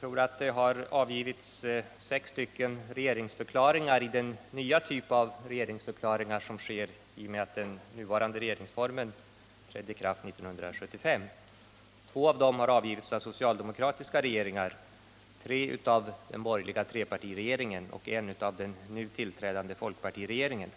tror att det har avgivits sex regeringsförklaringar av den nya typ som lämnas i och med att den nuvarande regeringsformen trädde i kraft 1975. Två av dem har avgivits av den socialdemokratiska regeringen, tre av den borgerliga trepartiregeringen och en av den nu tillträdande folkpartiregeringen.